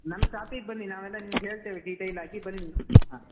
ನಮ್ಮ ಶಾಪಿಗೆ ಬನ್ನಿ ನಾವೆಲ್ಲ ನಿಮ್ಗೆ ಹೇಳ್ತೇವೆ ಡೀಟೇಲಾಗಿ ಬನ್ನಿ ಹಾಂ